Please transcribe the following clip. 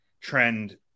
trend